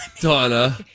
Donna